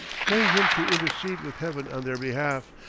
praying him to intercede with heaven on their behalf,